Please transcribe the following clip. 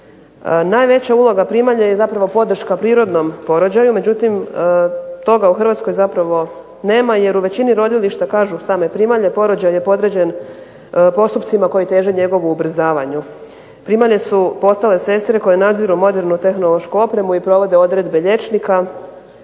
Najveća uloga primalja je zapravo podrška prirodnom porođaju. Međutim, toga u Hrvatskoj zapravo nema jer u većini rodilišta kažu same primalje porođaj je podređen postupcima koji teže njegovu ubrzavanju. Primalje su postale sestre koje nadziru modernu tehnološku opremu i provode odredbe liječnika